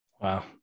Wow